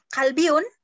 Kalbiun